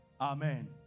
amen